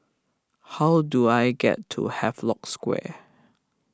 how do I get to Havelock Square